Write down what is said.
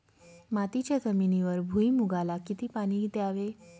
मातीच्या जमिनीवर भुईमूगाला किती पाणी द्यावे?